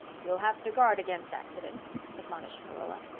you'll have to guard against accidents, admonished marilla.